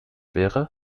wäre